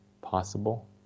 possible